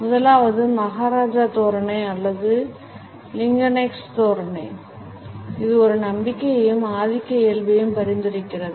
முதலாவது மகாராஜா தோரணை அல்லது லிங்கனெஸ்க் தோரணை இது ஒரு நம்பிக்கையையும் ஆதிக்க இயல்பையும் பரிந்துரைக்கிறது